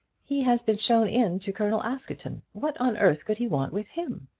he has been shown in to colonel askerton. what on earth could he want with him?